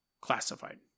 Classified